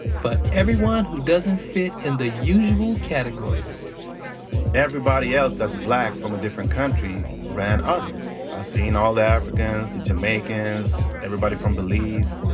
for everyone who doesn't fit in the usual categories everybody else that's black from a different country ran other. i've ah seen all the africans, the jamaicans, everybody from belize.